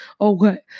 Okay